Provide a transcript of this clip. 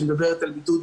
שמדברת על בידוד